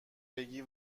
بگی